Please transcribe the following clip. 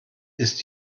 ist